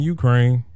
Ukraine